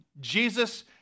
Jesus